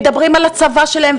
מדברים על הצבא שלהם,